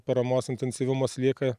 paramos intensyvumas lieka